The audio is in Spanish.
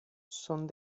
son